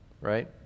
Right